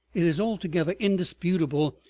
it is altogether indisputable,